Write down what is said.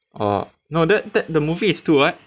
oh no that that the movie is two [what]